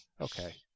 okay